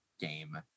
game